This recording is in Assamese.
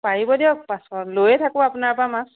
পাৰিব দিয়ক পাঁচশ লৈয়ে থাকো আপোনাৰ পৰা মাছ